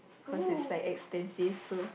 because is like expensive so